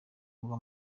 murwa